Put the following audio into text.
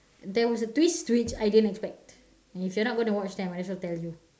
there was a twist to it which I didn't expect if you're not going to watch then I might as well tell you